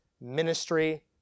ministry